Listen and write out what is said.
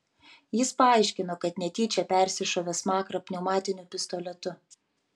jis paaiškino kad netyčia persišovė smakrą pneumatiniu pistoletu